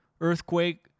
earthquake